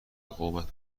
قومت